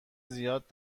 زیاد